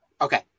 Okay